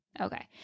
Okay